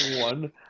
one